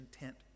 intent